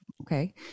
Okay